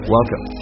Welcome